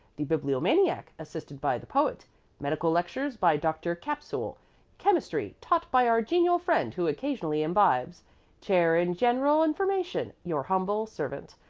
the bibliomaniac, assisted by the poet medical lectures by dr. capsule chemistry taught by our genial friend who occasionally imbibes chair in general information, your humble servant.